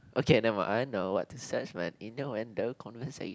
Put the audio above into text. okay never mind I know what to says then innuendo conversa~